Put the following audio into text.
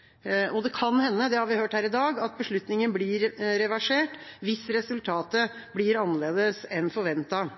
forskes. Det kan hende – det har vi hørt her i dag – at beslutningen blir reversert hvis resultatet blir annerledes enn forventet.